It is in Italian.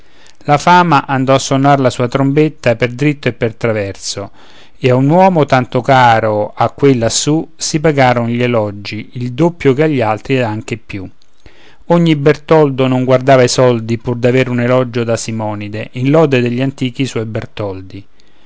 la fama andò a sonar la sua trombetta per dritto e per traverso e a un uomo tanto caro a quei lassù si pagaron gli elogi il doppio che agli altri ed anche più ogni bertoldo non guardava ai soldi pur d'avere un elogio da simonide in lode degli antichi suoi bertoldi